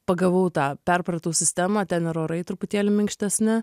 pagavau tą perpratau sistemą ten orai truputėlį minkštesni